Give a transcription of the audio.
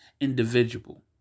individual